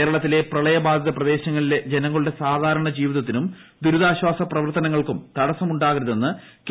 കേരളത്തിലെ പ്രളയ ബാധിത പ്രദേശങ്ങളിലെ ജനങ്ങളുടെ സാധാരണ ജീവിതത്തിനും ദുരിതാശ്വാസ പ്രവർത്തനങ്ങൾക്കും തടസം ഉണ്ടാകരുതെന്ന് കെ